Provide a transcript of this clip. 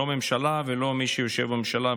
לא ממשלה ולא מי שיושב בממשלה.